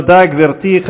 תודה, גברתי.